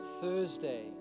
Thursday